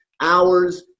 hours